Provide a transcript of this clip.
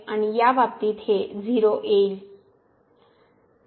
तर या बाबतीत ही 0 आहे